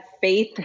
faith